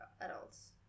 adults